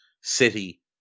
City